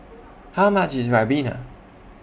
How much IS Ribena